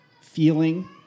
feeling